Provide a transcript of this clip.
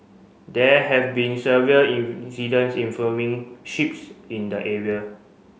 there have been severe incidents involving ships in the area